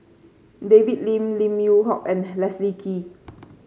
David Lim Lim Yew Hock and Leslie Kee